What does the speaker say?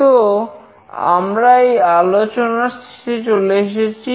তো আমরা এই আলোচনার শেষে চলে এসেছি